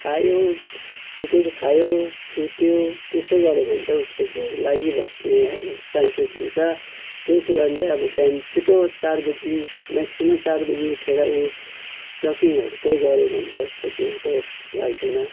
खायो त्यत्तिकै खायो सुत्यो त्यस्तै गऱ्यो भने चाहिँ उसको जिउ लागि बस्ने अब चान्सेस हुन्छ त्यो कुरा चाहिँ बिहान छिट्टो चार बजी मेक्सिमम चार बजी उठेर ऊ जकिङहरू चाहिँ गऱ्यो भने त उसको जिउ चाहिँ लाग्दैन